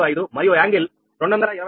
04725 మరియు కోణం 221